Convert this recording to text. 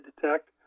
detect